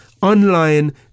online